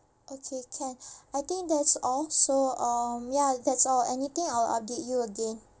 okay can I think that's all so um ya that's all anything I will update you again